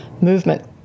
movement